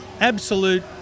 absolute